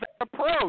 approach